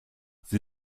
sie